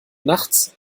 nachts